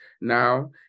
Now